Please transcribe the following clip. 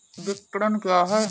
विपणन क्या है?